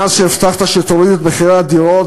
מאז שהבטחת שתוריד את מחירי הדירות,